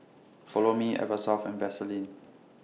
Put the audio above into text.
Follow Me Eversoft and Vaseline